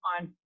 on